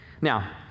Now